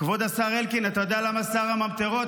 כבוד השר אלקין, אתה יודע למה שר הממטרות?